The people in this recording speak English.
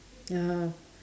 ya